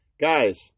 Guys